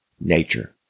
nature